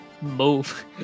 Move